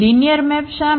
linear map શા માટે